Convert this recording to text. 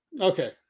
Okay